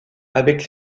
avec